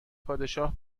پادشاه